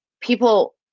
people